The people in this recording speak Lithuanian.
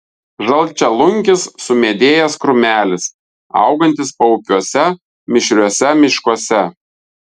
žalčialunkis sumedėjęs krūmelis augantis paupiuose mišriuose miškuose